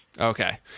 Okay